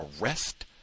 arrest